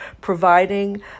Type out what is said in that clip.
providing